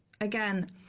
again